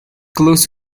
close